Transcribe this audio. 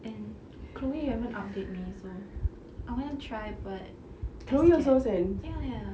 and chloe haven't update me so I want to try but I'm scared ya ya